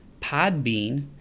Podbean